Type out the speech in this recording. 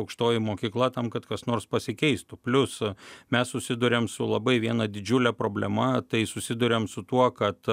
aukštoji mokykla tam kad kas nors pasikeistų plius mes susiduriam su labai viena didžiule problema tai susiduriam su tuo kad